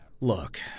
Look